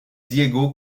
diego